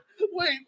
Wait